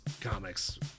comics